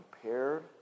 compared